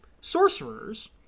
sorcerers